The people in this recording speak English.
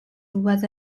was